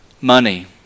money